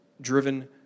driven